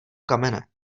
kamene